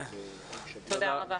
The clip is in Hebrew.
תודה רבה.